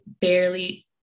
barely